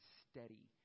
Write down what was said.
steady